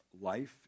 life